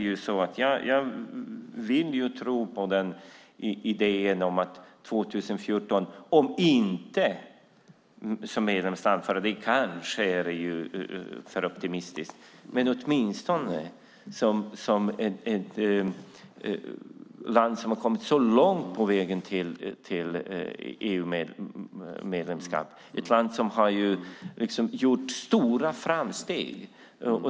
Jag vill tro på idén om 2014, om inte som EU medlem, det kanske är för optimistiskt, så åtminstone som ett land som kommit en bra bit på väg mot EU-medlemskap, ett land som gjort stora framsteg.